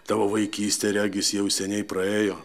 tavo vaikystė regis jau seniai praėjo